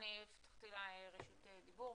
הבטחתי לה את רשות הדיבור.